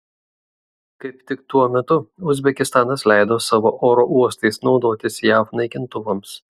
kaip tik tuo metu uzbekistanas leido savo oro uostais naudotis jav naikintuvams